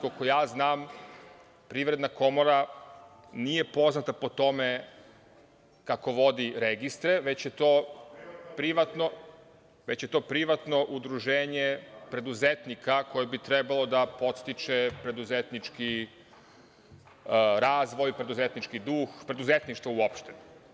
Koliko znam PKS nije poznata po tome kako vodi registre, već je to privatno udruženje preduzetnika koje bi trebalo da podstiče preduzetnički razvoj, preduzetnički duh, preduzetništvo uopšte.